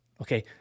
okay